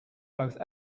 both